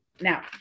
now